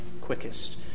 quickest